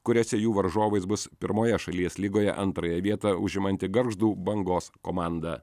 kuriose jų varžovais bus pirmoje šalies lygoje antrąją vietą užimanti gargždų bangos komanda